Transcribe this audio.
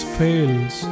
fails